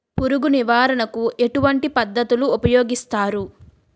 పురుగు నివారణ కు ఎటువంటి పద్ధతులు ఊపయోగిస్తారు?